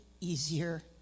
easier